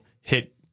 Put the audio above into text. hit